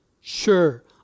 Sure